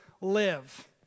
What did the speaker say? live